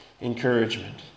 encouragement